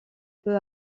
peut